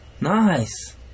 Nice